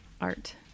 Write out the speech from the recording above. art